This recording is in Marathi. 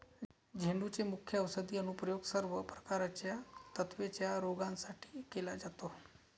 झेंडूचे मुख्य औषधी अनुप्रयोग सर्व प्रकारच्या त्वचेच्या रोगांसाठी केला जातो